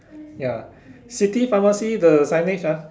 ya city pharmacy the signage ah